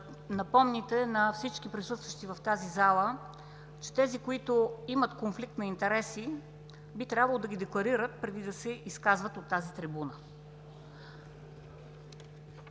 напомните на всички присъстващи в тази зала, че тези, които имат конфликт на интереси, би трябвало да ги декларират преди да се изказват от тази трибуна.